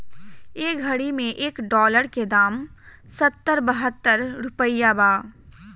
ए घड़ी मे एक डॉलर के दाम सत्तर बहतर रुपइया बा